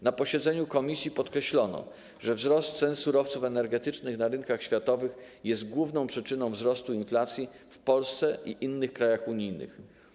Na posiedzeniu komisji podkreślono, że wzrost cen surowców energetycznych na rynkach światowych jest główną przyczyną wzrostu inflacji w Polsce i innych krajach unijnych.